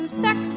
sex